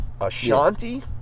ashanti